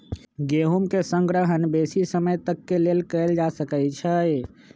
गेहूम के संग्रहण बेशी समय तक के लेल कएल जा सकै छइ